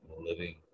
Living